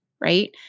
right